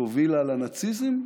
שהובילה לנאציזם,